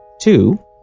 two